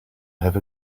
have